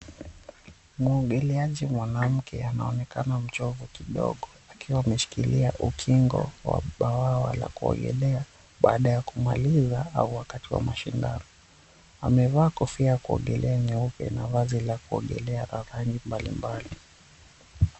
Muogeleaji mwanamke anaonekana mchovu kidogo akiwa ameshikilia ukingo wa bawawa la kuogelea baada ya kumaliza au wakati wa mashindano. Amevaa kofia ya kuogelea nyeupe na vazi la kuogelea ya rangi mbalimbali.